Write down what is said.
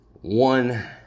One